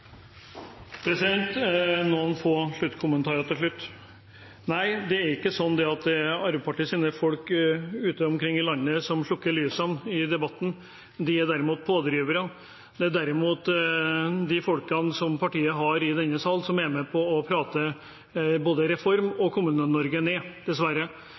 Noen få kommentarer til slutt: Nei, det er ikke slik at det er Arbeiderpartiets folk rundt omkring i landet som slukker lysene i debatten. De er derimot pådrivere. Det er derimot de folkene som partiet har i denne sal, som er med på å prate både reformen og Kommune-Norge ned, dessverre.